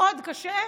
מאוד קשה,